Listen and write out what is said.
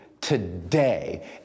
today